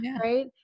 Right